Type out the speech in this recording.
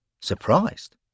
surprised